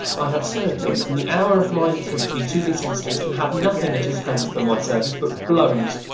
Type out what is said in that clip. i have served him from the hour of my nativity to this instant, and have nothing at his hands for my service but blows.